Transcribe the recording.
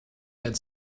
had